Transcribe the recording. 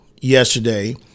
yesterday